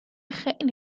خیلی